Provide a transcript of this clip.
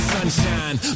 Sunshine